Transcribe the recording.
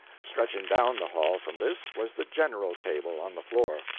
stretching down the hall from this, was the general table, on the floor.